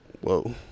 whoa